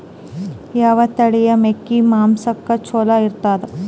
ಯಾವ ತಳಿಯ ಮೇಕಿ ಮಾಂಸಕ್ಕ ಚಲೋ ಇರ್ತದ?